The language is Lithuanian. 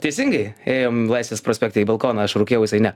teisingai ėjom laisvės prospekte į balkoną aš rūkiau jisai ne